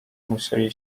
musieli